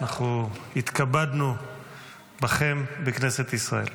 אנחנו התכבדנו בכם בכנסת ישראל.